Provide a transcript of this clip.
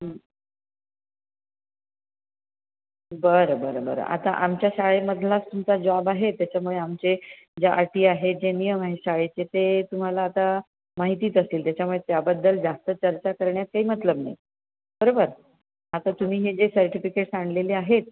बरं बरं बरं आता आमच्या शाळेमधलाच तुमचा जॉब आहे त्याच्यामुळे आमचे ज्या अटी आहेत जे नियम आहे शाळेचे ते तुम्हाला आता माहितीच असतील त्याच्यामुळे त्याबद्दल जास्त चर्चा करण्यात काही मतलब नाही बरोबर आता तुम्ही हे जे सर्टिफिकेटस् आणलेले आहेत